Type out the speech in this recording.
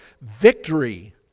victory